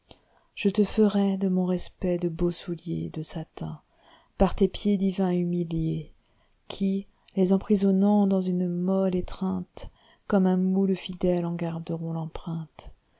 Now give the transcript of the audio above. je te ferai de mon kespect de beaux souliersde satin par les pieds divins humiliés qui les emprisonnant dans une molle étreinte comme un moule fidèle en garderont tempreinte